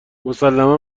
مسلما